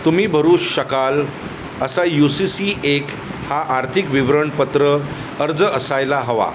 तुम्ही भरू शकाल असा यू सी सी ए हा आर्थिक विवरणपत्र अर्ज असायला हवा